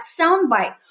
soundbite